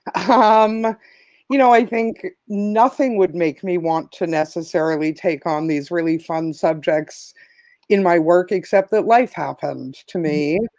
um you know, i think nothing would make me want to necessarily take on these really fun subjects in my work, except that life happened to me,